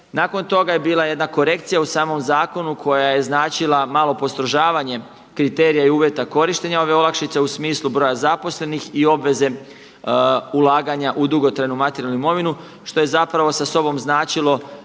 Nakon toga je bila jedna korekcija u samom zakonu koja je značila malo postrožavanje kriterija i uvjeta korištenja ove olakšice u smislu broja zaposlenih i obveze ulaganja u dugotrajnu materijalnu imovinu što je zapravo sa sobom značilo